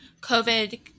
COVID